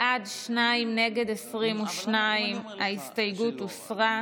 בעד, שניים, נגד, 22. ההסתייגות הוסרה.